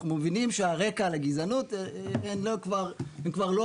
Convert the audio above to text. אנחנו מבינים שהרקע לגזענות הם כבר לא